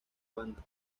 banda